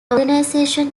organization